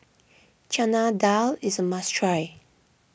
Chana Dal is a must try